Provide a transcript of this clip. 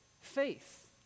faith